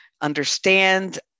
understand